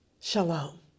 Shalom